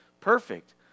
perfect